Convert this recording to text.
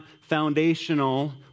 foundational